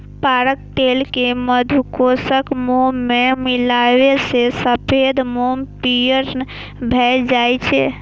पराग तेल कें मधुकोशक मोम मे मिलाबै सं सफेद मोम पीयर भए जाइ छै